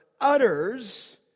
utters